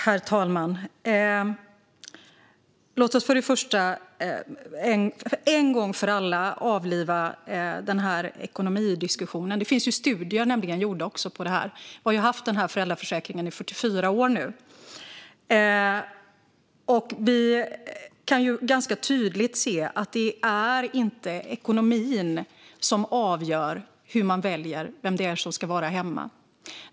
Herr talman! Låt oss först en gång för alla avliva den här ekonomidiskussionen. Det finns studier gjorda på det här. Vi har haft föräldraförsäkringen i 44 år och kan ganska tydligt se att det inte är ekonomin som avgör hur man väljer vem som ska vara hemma.